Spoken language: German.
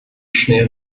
schnell